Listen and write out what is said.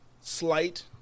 slight